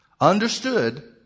understood